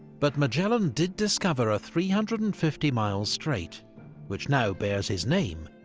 but magellan did discover a three hundred and fifty mile strait which now bears his name.